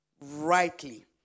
rightly